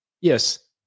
Yes